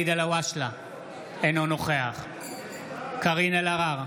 אינו נוכח קארין אלהרר,